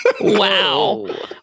Wow